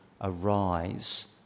arise